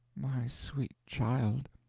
my sweet child!